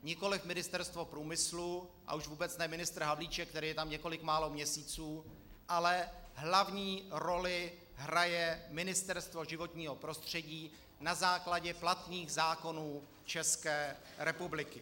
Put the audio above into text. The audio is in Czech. Nikoliv Ministerstvo průmyslu, a už vůbec ne ministr Havlíček, který je tam několik málo měsíců, ale hlavní roli hraje Ministerstvo životního prostředí na základě platných zákonů České republiky.